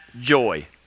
joy